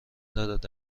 دارد